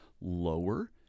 lower